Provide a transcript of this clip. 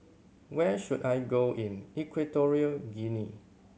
where should I go in Equatorial Guinea